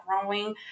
growing